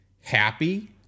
happy